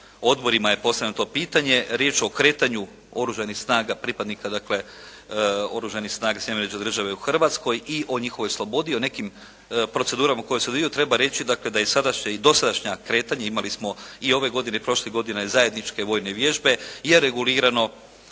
odborima je postavljeno to pitanje, riječ je o kretanju oružanih snaga, pripadnika dakle Oružanih snaga Sjedinjenih Američkih Država u Hrvatskoj i o njihovoj slobodi, o nekim procedurama … /Govornik se ne razumije./ … treba reći da i sada su se i dosadašnje kretanja, imali smo i ove godine i prošle godine zajedničke vojne vježbe je regulirano